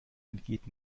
entgeht